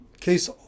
case